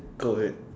go ahead